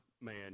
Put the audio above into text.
man